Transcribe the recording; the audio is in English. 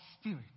spirit